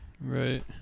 right